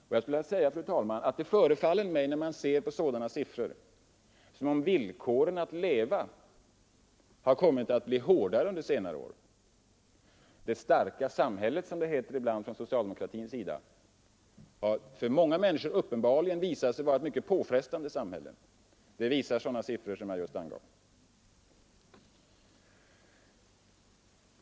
När man ser på sådana siffror, fru talman, förefaller det mig som om villkoren att leva har kommit att bli hårdare under senare år. ”Det starka samhället” — som det ibland heter från socialdemokratins sida — har för många människor uppenbarligen visat sig vara mycket påfrestande. Det visar sådana siffror som jag just angav.